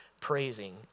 praising